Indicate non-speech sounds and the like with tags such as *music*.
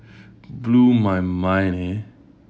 *breath* blew my mind